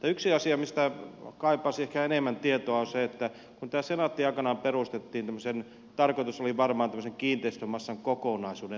yksi asia mistä kaipaisi ehkä enemmän tietoa on se että kun tämä senaatti aikanaan perustettiin sen tarkoitus oli varmaan tämmöisen kiinteistömassan kokonaisuuden hallinta